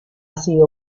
sido